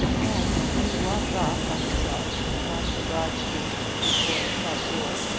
then he walked off by himself across the broad street before the club door,